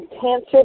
Cancer